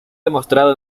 demostrado